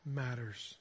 matters